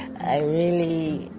i really,